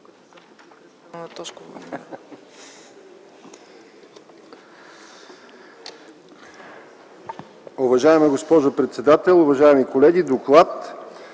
Уважаема госпожо председател, уважаеми колеги! „ДОКЛАД